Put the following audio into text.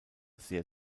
sehr